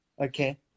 Okay